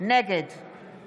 נגד